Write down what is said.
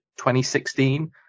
2016